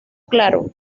claro